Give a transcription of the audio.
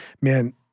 Man